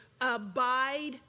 Abide